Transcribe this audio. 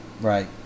right